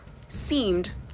seemed